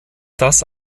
das